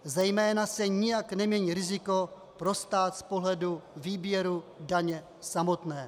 Zejména se nijak nemění riziko pro stát z pohledu výběru daně samotné.